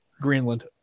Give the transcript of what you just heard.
Greenland